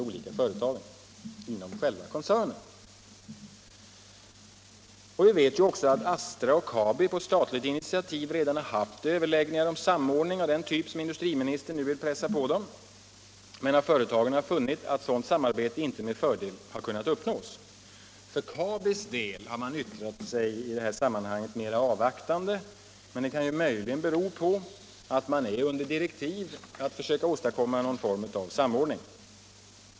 Vi vet också att Astra och Kabi på statligt initiativ redan haft överläggningar om samordning av den typ som industriministern nu vill pressa på dem men att företagen funnit att sådant samarbete inte med fördel kunnat uppnås. Från Kabis sida har man i detta sammanhang uttalat sig mera avvaktande, men det kan möjligen bero på att man där är under direktiv att försöka åstadkomma någon form av samordning.